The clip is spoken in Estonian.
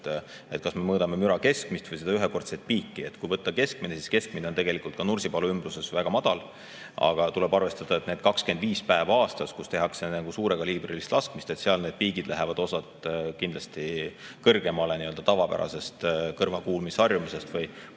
kas me mõõdame müra keskmist või seda ühekordset piiki. Kui võtta keskmine, siis keskmine on tegelikult ka Nursipalu ümbruses väga madal, aga tuleb arvestada, et need 25 päeva aastas, kui tehakse suurekaliibrilist laskmist, siis seal läheb osa neid piike kindlasti kõrgemale nii-öelda tavapärasest kõrvakuulmisharjumusest või